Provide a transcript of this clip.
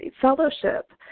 fellowship